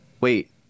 wait